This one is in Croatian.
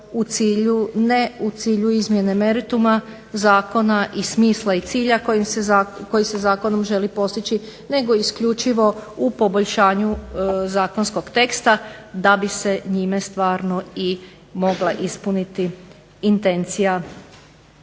ne u cilju izmjene merituma Zakona i smisla i cilja koji se zakonom želi postići nego isključivo u poboljšanju zakonskog teksta da bi se njime stvarno mogla ispuniti intencija